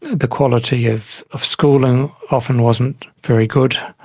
the quality of of schooling often wasn't very good,